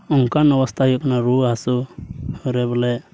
ᱚᱱᱠᱟᱱ ᱚᱵᱚᱥᱛᱷᱟ ᱦᱩᱭᱩᱜ ᱠᱟᱱᱟ ᱨᱩᱣᱟᱹ ᱦᱟᱹᱥᱩ ᱨᱮ ᱵᱚᱞᱮ